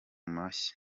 mashyi